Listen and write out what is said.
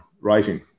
writing